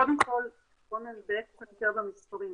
קודם כל בואו נדייק קצת יותר במספרים.